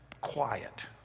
quiet